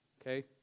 Okay